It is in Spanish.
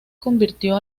convirtió